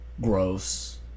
gross